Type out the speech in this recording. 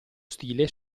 stile